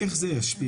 איך זה ישפיע?